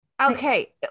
Okay